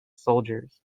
soldiers